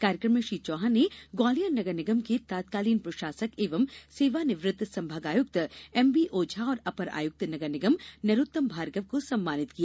कार्यक्रम में श्री चौहान ने ग्वालियर नगर निगम के तत्कालीन प्रशासक एवं सेवानिवृत्त संभागायुक्त एम बी ओझा और अपर आयुक्त नगर निगम नरोत्तम भार्गव को सम्मानित किया